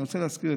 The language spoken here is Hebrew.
אני רוצה להזכיר,